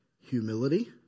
humility